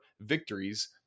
victories